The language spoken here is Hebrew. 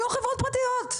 אלה לא חברות פרטיות,